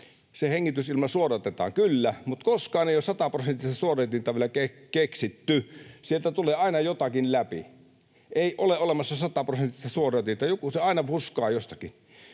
se hengitysilma suodatetaan. Kyllä, mutta koskaan ei ole sataprosenttista suodatinta vielä keksitty. Sieltä tulee aina jotakin läpi. Ei ole olemassa sataprosenttista suodatinta, joku siinä aina fuskaa jostakin.